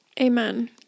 Amen